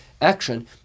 action